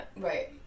Right